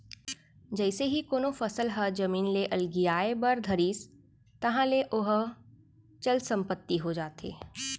जइसे ही कोनो फसल ह जमीन ले अलगियाये बर धरिस ताहले ओहा चल संपत्ति हो जाथे